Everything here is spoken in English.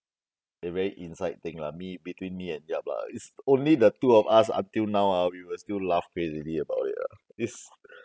a very inside thing lah me between me and yap lah it's only the two of us until now ah we will still laugh crazily about it ah it's